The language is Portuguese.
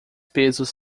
pesos